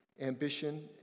ambition